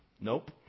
Nope